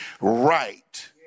right